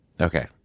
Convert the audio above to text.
Okay